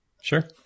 Sure